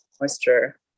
moisture